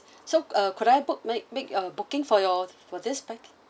so uh could I book make make a booking for your for this package